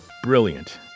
Brilliant